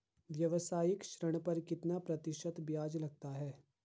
व्यावसायिक ऋण पर कितना प्रतिशत ब्याज लगता है?